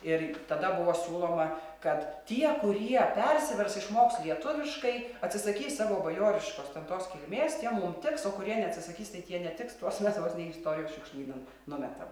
ir tada buvo siūloma kad tie kurie persivers išmoks lietuviškai atsisakys savo bajoriškos ten tos kilmės tie mum teks o kurie neatsisakys tai tie netiks tuos mes vos ne į istorijos šiukšlynan numetam